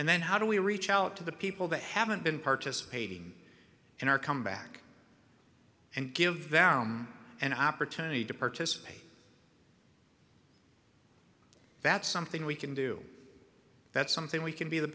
and then how do we reach out to the people that haven't been participating in our comeback and give an opportunity to participate that's something we can do that's something we can be the